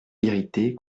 irrité